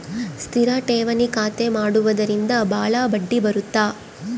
ಸ್ಥಿರ ಠೇವಣಿ ಖಾತೆ ಮಾಡುವುದರಿಂದ ಬಾಳ ಬಡ್ಡಿ ಬರುತ್ತ